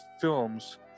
films